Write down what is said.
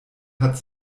hat